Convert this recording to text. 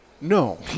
No